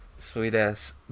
Sweet-ass